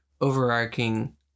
overarching